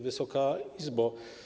Wysoka Izbo!